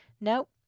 Nope